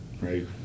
right